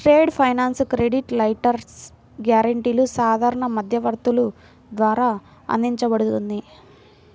trade finance credit letters, గ్యారెంటీలు సాధారణ మధ్యవర్తుల ద్వారా అందించబడుతుంది